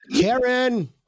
Karen